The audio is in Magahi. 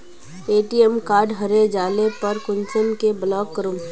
ए.टी.एम कार्ड हरे जाले पर कुंसम के ब्लॉक करूम?